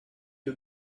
you